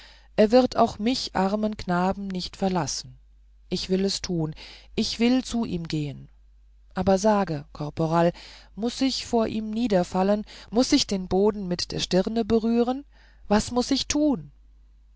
er wird auch mich armen knaben nicht verlassen ich will es tun ich will zu ihm gehen aber sage caporal muß ich vor ihm niederfallen muß ich die stirne mit dem boden berühren was muß ich tun